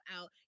out